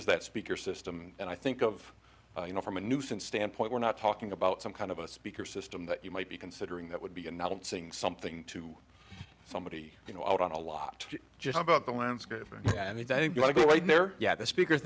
is that speaker system and i think of you know from a nuisance standpoint we're not talking about some kind of a speaker system that you might be considering that would be announcing something to somebody you know out on a lot just about the landscape and you don't want to go right there yet the speaker